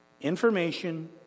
Information